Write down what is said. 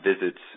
visits